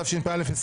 התשפ"א-2021,